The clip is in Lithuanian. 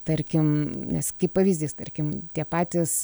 tarkim nes kaip pavyzdys tarkim tie patys